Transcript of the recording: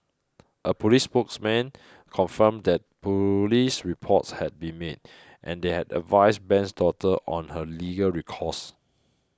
a police spokesman confirmed that police reports had been made and they had advised Ben's daughter on her legal recourse